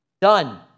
done